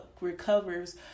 recovers